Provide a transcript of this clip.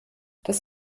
das